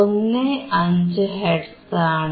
15 hertz ആണ്